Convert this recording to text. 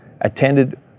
attended